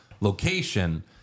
location